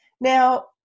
Now